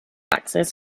axes